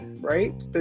Right